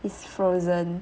is frozen